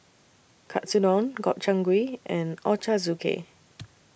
Katsudon Gobchang Gui and Ochazuke